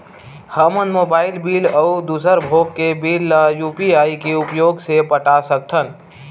हमन mobile bill अउ दूसर भोग के बिल ला यू.पी.आई के उपयोग से पटा सकथन